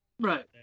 Right